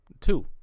Two